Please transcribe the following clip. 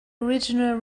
original